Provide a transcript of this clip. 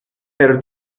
per